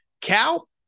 Cal